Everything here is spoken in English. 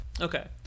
Okay